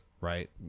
Right